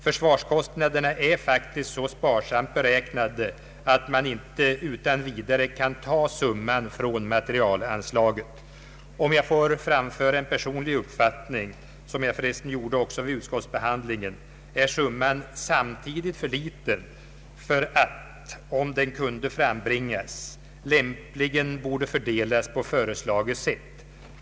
Försvarskostnaderna är faktiskt så sparsamt beräknade att man inte utan vidare kan ta summan från materielanslaget. Om jag får framföra en personlig uppfattning — som jag för resten gjorde också vid utskottsbehandlingen — är summan samtidigt för liten för att, om den kunde frambringas, lämpligen fördelas på föreslaget sätt.